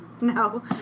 No